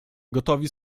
gotowi